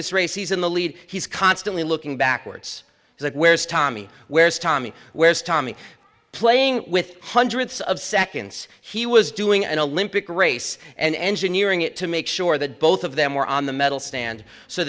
this race he's in the lead he's constantly looking backwards so where's tommy where's tommy where's tommy playing with hundreds of seconds he was doing an olympic race and engineering it to make sure that both of them were on the medal stand so